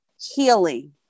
healing